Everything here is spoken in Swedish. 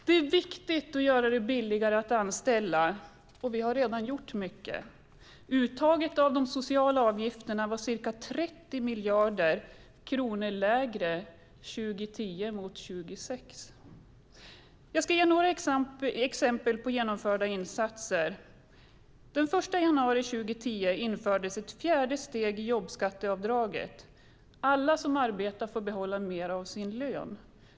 Det är viktigt att göra det billigare att anställa, och vi har redan gjort mycket. Uttaget av de sociala avgifterna var ca 30 miljarder kronor lägre 2010 än 2006. Jag ska ge några exempel på genomförda insatser. Den 1 januari 2010 infördes ett fjärde steg i jobbskatteavdraget. Alla som arbetar får behålla mer av sin lön.